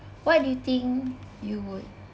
what do you think you would